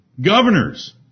governors